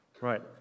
Right